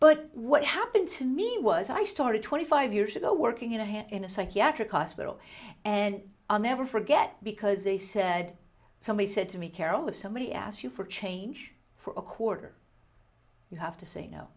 but what happened to me was i started twenty five years ago working in a hand in a psychiatric hospital and on never forget because they said somebody said to me carol if somebody asks you for change for a quarter you have to say no